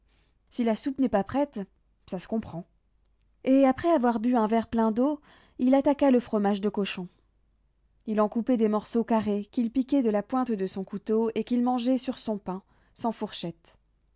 si la soupe n'est pas prête ça se comprend et après avoir bu un plein verre d'eau il attaqua le fromage de cochon il en coupait des morceaux carrés qu'il piquait de la pointe de son couteau et qu'il mangeait sur son pain sans fourchette